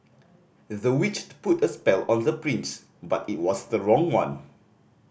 the witch put a spell on the prince but it was the wrong one